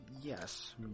Yes